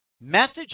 Message